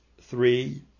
Three